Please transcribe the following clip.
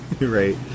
Right